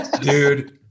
dude